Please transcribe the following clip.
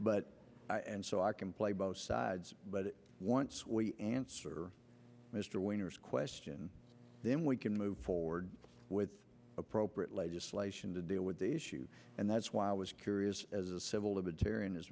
but and so i can play both sides but once we answer mr winners question then we can move forward with appropriate legislation to deal with the issue and that's why i was curious as a civil libertarian